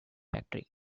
factory